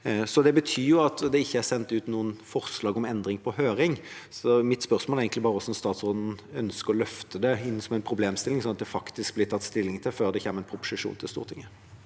Det betyr at det ikke er sendt ut noen forslag til endring på høring, så mitt spørsmål er egentlig hvordan statsråden ønsker å løfte det som en problemstilling, sånn at det faktisk blir tatt stilling til før det kommer en proposisjon til Stortinget.